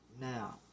Now